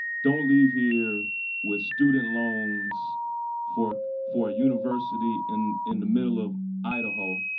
don't leave here with student loans for for a university in in the middle of idaho